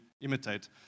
imitate